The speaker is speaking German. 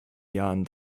jahren